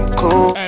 cool